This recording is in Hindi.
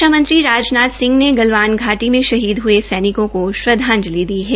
रक्षा मंत्री राज नाथ सिंह ने गलवान घाटी में शहीद हये सैनिको को श्रद्वांजलि दी है